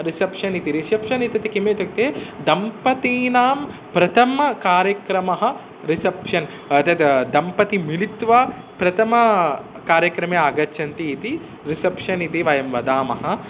रिसेप्षनिति reception इत्युक्ते किम् इत्युक्ते दम्पतीनां प्रथमकार्यक्रमः रिसेप्षन् तद् दम्पतिः मिलित्वा प्रथम कार्यक्रमे आगच्छन्ति इति रिसेप्षन् इति वयं वदामः